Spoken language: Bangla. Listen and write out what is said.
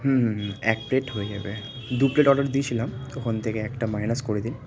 হুম হুম এক প্লেট হয়ে যাবে দু প্লেট অর্ডার দিয়েছিলাম ওখান থেকে একটা মাইনাস করে দিন